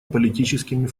политическими